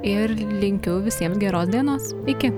ir linkiu visiems geros dienos iki